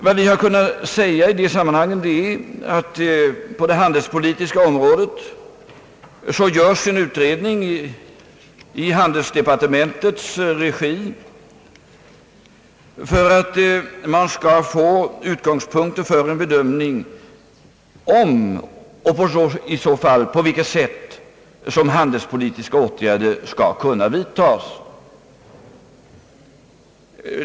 Vad vi kunnat säga i de sammanhangen är att en utredning görs i handelsdepartementets regi i syfte att få utgångspunkter för en bedömning av huruvida, och i så fall på vilket sätt, handelspolitiska åtgärder kan vidtas.